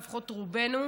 לפחות רובנו,